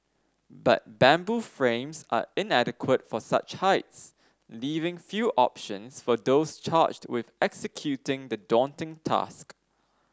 but bamboo frames are inadequate for such heights leaving few options for those charged with executing the daunting task